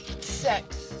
Sex